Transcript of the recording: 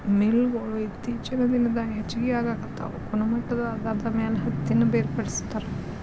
mill ಗೊಳು ಇತ್ತೇಚಿನ ದಿನದಾಗ ಹೆಚಗಿ ಆಗಾಕತ್ತಾವ ಗುಣಮಟ್ಟದ ಆಧಾರದ ಮ್ಯಾಲ ಹತ್ತಿನ ಬೇರ್ಪಡಿಸತಾರ